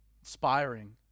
inspiring